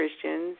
Christians